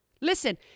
Listen